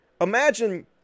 imagine